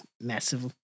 massive